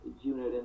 unit